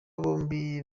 bombi